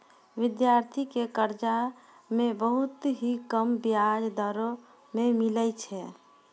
विद्यार्थी के कर्जा मे बहुत ही कम बियाज दरों मे मिलै छै